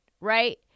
Right